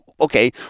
okay